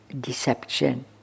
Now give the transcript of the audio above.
deception